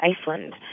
Iceland